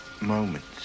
moments